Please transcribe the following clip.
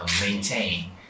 maintain